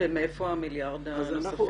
ומאיפה מיליארד השקלים הנוספים?